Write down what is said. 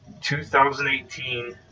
2018